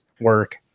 work